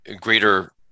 greater